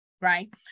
right